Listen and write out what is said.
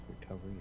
recovery